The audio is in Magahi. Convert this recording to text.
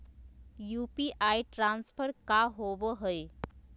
यू.पी.आई ट्रांसफर का होव हई?